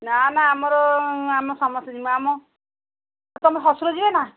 ନା ନା ଆମର ଆମ ସମସ୍ତେ ଯିବୁ ଆମ ତମ ଶ୍ୱଶୁର ଯିବେ ନା